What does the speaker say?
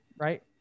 right